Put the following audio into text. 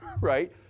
right